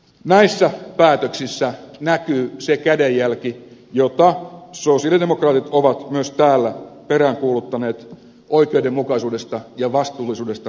näissä päätöksissä näkyy se kädenjälki jota sosialidemokraatit ovat myös täällä peräänkuuluttaneet oikeudenmukaisuudesta ja vastuullisuudesta taloudenpidossa